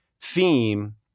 theme